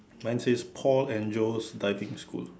mine says Paul and Joe's diving school